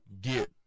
get